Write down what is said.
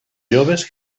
joves